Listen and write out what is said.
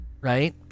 right